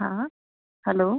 हाँ हलो